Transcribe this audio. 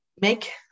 make